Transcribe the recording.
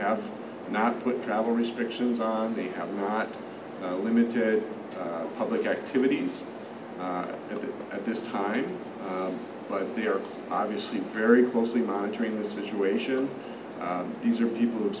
have not put travel restrictions on they have not only moved to public activities at this time but they are obviously very closely monitoring the situation these are people who